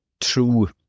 true